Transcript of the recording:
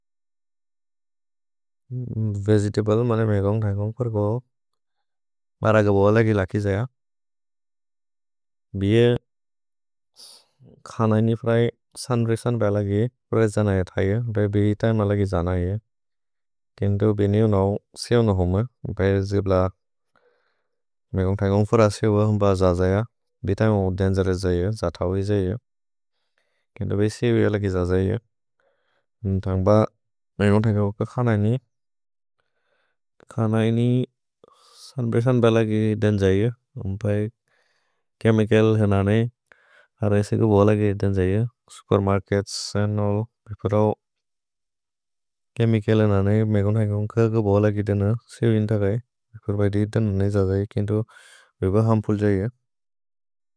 Vegetable मने मेकोन्ग् थैकोन्ग् फुर्को मरगबुअ लगि लकि जैअ। भिए खानैनि प्रए सन्द्रि-सन्द्र लगि प्रएस् जनैअ थैअ। भिअ बीतैम लगि जनैअ। केन्तो बिनिउ नौ सेओनु हुम। भिअ जिब्ल मेकोन्ग् थैकोन्ग् फुर्र सेओनु हुम जजैअ। भितैम हो दन्गेरोउस् जैअ। जथौइ जैअ। केन्तो बै सेओ बिअ लगि जजैअ। थन्ग्ब मेकोन्ग् थैकोन्ग् फुर्क खानैनि खानैनि सन्द्रि-सन्द्र लगि देन् जैअ। अम्पै केमिकल् हैनने हरैसे कुबुअ लगि देन् जैअ। Supermarkets and all. भिकुर केमिकल् हैनने मेकोन्ग् थैकोन्ग् फुर्क कुबुअ लगि देन। सिविन्द कै। भिकुर बै दि देनु नहि जजैअ। केन्तो बिब हुम् फुर् जैअ।